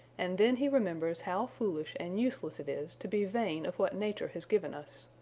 and then he remembers how foolish and useless it is to be vain of what nature has given us.